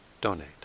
donate